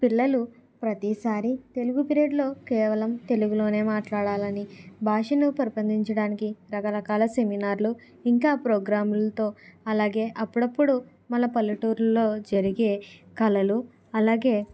పిల్లలు ప్రతిసారి తెలుగు పీరియడ్లో కేవలం తెలుగులోనే మాట్లాడాలని భాషను పెంపొందించడానికి రకరకాల సెమినార్లు ఇంకా ప్రోగ్రాములతో అలాగే అప్పుడప్పుడు మన పల్లెటూర్లలో జరిగే కళలు అలాగే